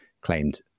claimed